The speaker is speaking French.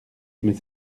mais